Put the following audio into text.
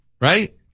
right